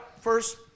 First